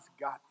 got